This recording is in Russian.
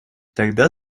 тогда